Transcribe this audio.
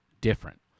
different